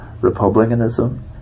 republicanism